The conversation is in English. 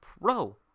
Pro